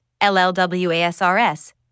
LLWASRS